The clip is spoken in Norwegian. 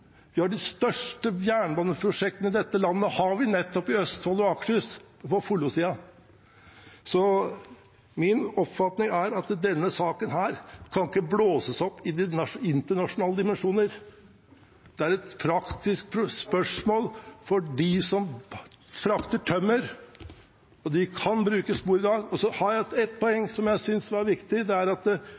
De største jernbaneprosjektene i dette landet har vi nettopp i Østfold og Akershus på Follo-siden. Min oppfatning er at denne saken ikke kan blåses opp til internasjonale dimensjoner. Det er et praktisk spørsmål for dem som frakter tømmer, og de kan bruke sporet i dag. Så har jeg et poeng jeg synes er viktig. Når jernbanen nå tross alt blir stengt mange ganger på vestre linje, kan det hende at